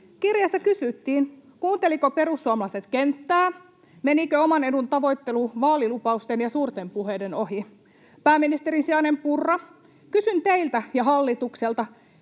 Kirjeessä kysyttiin, kuuntelivatko perussuomalaiset kenttää, menikö oman edun tavoittelu vaalilupausten ja suurten puheiden ohi. Pääministerin sijainen Purra, kysyn teiltä ja hallitukselta: